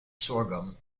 sorghum